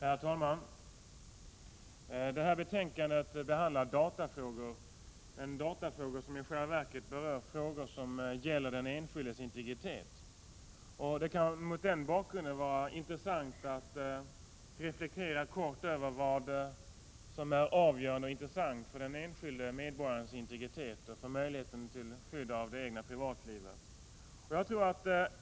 Herr talman! Detta betänkande behandlar datafrågor, men det är datafrågor som i själva verket berör den enskildes integritet. Det kan mot den bakgrunden vara intressant att kort reflektera över vad som är avgörande och intressant för den enskilde medborgarens integritet och för möjligheten till skydd av det egna privatlivet.